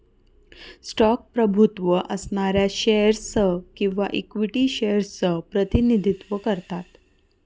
stock प्रभुत्व असणाऱ्या shares च किंवा इक्विटी शेअर्स च प्रतिनिधित्व करतात